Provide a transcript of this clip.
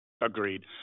Agreed